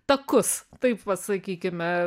takus taip vat sakykime